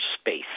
space